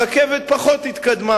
הרכבת פחות התקדמה.